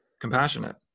compassionate